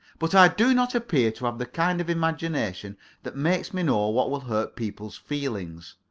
but i do not appear to have the kind of imagination that makes me know what will hurt people's feelings.